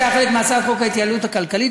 שהיה חלק מהצעת חוק ההתייעלות הכלכלית,